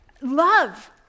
love